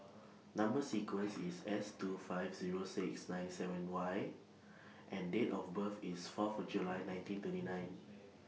Number sequence IS S two five Zero six nine seven Y and Date of birth IS Fourth July nineteen thirty nine